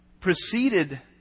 preceded